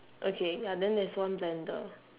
okay ya then there's one blender